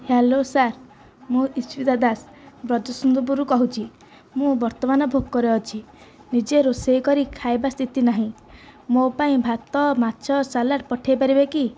hello sir ମୁଁ ଇସ୍ପିତା ଦାସ ବ୍ରଜସୁନ୍ଦରପୁରରୁ କହୁଛି ମୁଁ ବର୍ତ୍ତମାନ ଭୋକରେ ଅଛି ନିଜେ ରୋଷେଇ କରି ଖାଇବା ସ୍ଥିତି ନାହିଁ ମୋ' ପାଇଁ ଭାତ ମାଛ ସାଲାଡ଼ ପଠାଇପାରିବେ କି